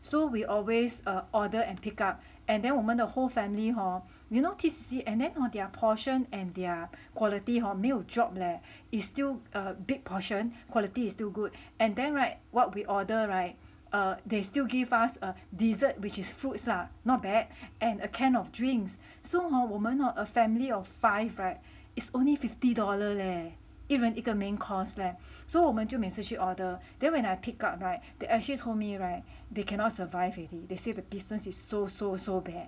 so we always err order and pick up and then 我们的 whole family hor you know T_C_C and then hor their portion and their quality hor 没有 drop leh is still a big portion quality is still good and then [right] what we order [right] err they still give us a dessert which is fruits lah not bad and a can of drink so hor 我们 hor a family of five [right] is only fifty dollar leh 一人一个 main course leh so 我们就每次去 order then when I pick up [right] they actually told me [right] they cannot survive already they say the business is so so so bad